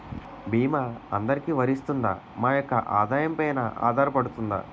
భీమా అందరికీ వరిస్తుందా? మా యెక్క ఆదాయం పెన ఆధారపడుతుందా?